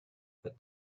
fit